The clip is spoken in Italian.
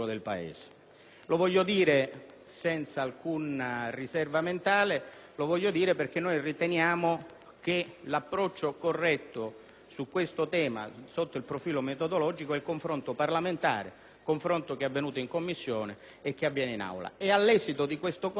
Lo voglio dire senza alcuna riserva mentale, perché riteniamo che l'approccio corretto su questo tema sotto il profilo metodologico sia il confronto parlamentare, avvenuto in Commissione e che avviene in Aula,